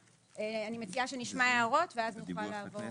מציעה שנשמע הערות ואז נוכל לעבור.